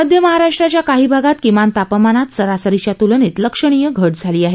मध्य महाराष्ट्राच्या काही भागात किमान तापमानात सरासरीच्या तुलनेत लक्षणीय घट झाली आहे